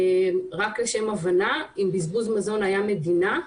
רק לשם הבנה, אם בזבוז מזון היה מדינה,